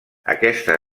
aquesta